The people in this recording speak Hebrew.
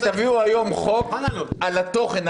תביאו היום חוק על התוכן,